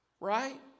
right